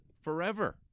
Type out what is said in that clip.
forever